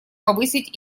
повысить